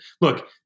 look